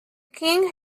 king